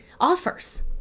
offers